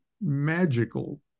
magical